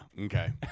okay